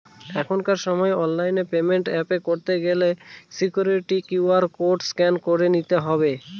এখনকার সময় online payment এ পে করতে গেলে সিকুইরিটি কিউ.আর কোড স্ক্যান করে নিতে হবে